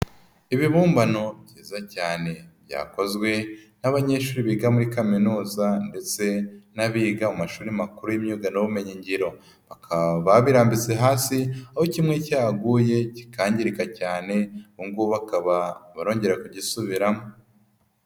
Ibibumbano byiza cyane byakozwe n'abanyeshuri biga muri kaminuza ndetse n'abiga mu mashuri makuru y'imyuga n'ubumenyi ngiro, bakaba babimbitse hasi aho kimwe cyaguye kikangirika cyane ubu ngubu bakaba barongera kugisubiramo.